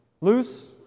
loose